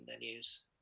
venues